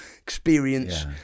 experience